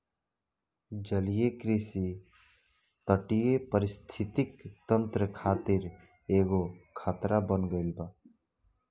जलीय कृषि तटीय परिस्थितिक तंत्र खातिर एगो खतरा बन गईल बा